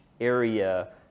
area